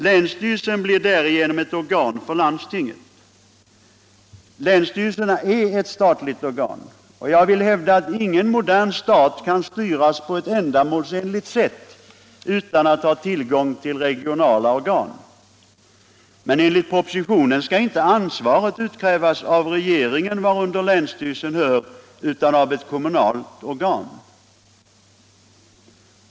Länsstyrelsen blir därigenom ett organ för landstinget. Men länsstyrelserna är statliga organ, och jag vill hävda att ingen modern stat kan styras på ett ändamålsenligt sätt utan att ha tillgång till regionala organ. Enligt propositionen skall inte ansvaret utkrävas av regeringen, varunder länsstyrelsen hör, utan av ett kommunalt organ.